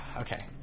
Okay